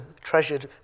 treasured